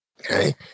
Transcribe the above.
Okay